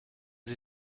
sie